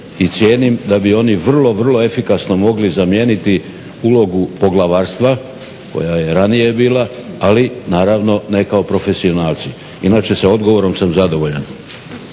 i cijenim da bi oni vrlo, vrlo efikasno mogli zamijeniti ulogu poglavarstva koja je ranije bila ali naravno ne kao profesionalci. Inače, sa odgovorom sam zadovoljan.